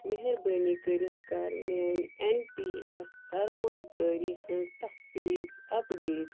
مہربٲنی کٔرتھ کر میٛٲنۍ ایٚن پی ایٚس سرمایہِ کٲری ہنٛز تفویض اپڈیٹ